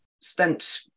spent